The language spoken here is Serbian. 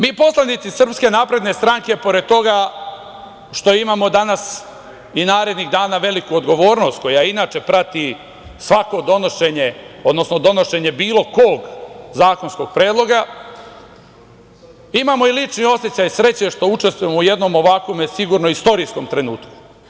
Mi poslanici SNS, pored toga što imamo danas i narednih dana veliku odgovornost koja inače prati svako donošenje, odnosno donošenje bilo kog zakonskog predloga, imamo i lični osećaj sreće što učestvujemo u jednom ovakvom sigurno istorijskom trenutku.